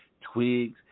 twigs